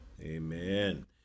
Amen